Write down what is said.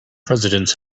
presidents